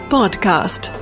Podcast